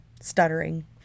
stuttering